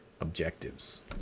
objectives